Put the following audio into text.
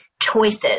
choices